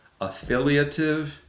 affiliative